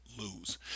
lose